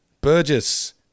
Burgess